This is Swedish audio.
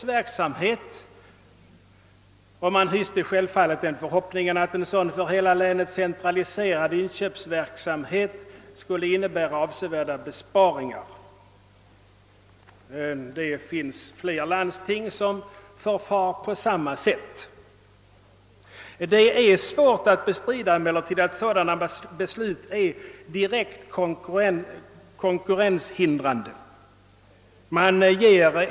Man hyste givetvis förhoppningen att en sådan för hela länet centraliserad inköpsverksamhet skulle innebära avsevärda besparingar. Det finns fler landsting som förfar på samma sätt. Det är emellertid svårt att bestrida att sådana beslut är direkt konkurrenshindrande.